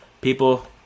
people